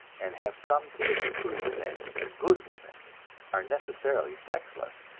and have come to the conclusion that good women are necessarily sexless